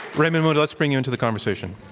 raymond moody, let's bring you into the conversation.